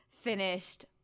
finished